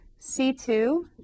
C2